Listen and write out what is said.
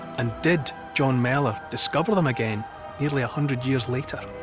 and did john mellor discover them again nearly a hundred years later?